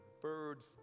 birds